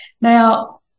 Now